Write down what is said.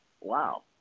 wow